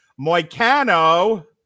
Moicano